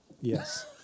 Yes